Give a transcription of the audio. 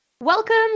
Welcome